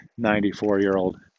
94-year-old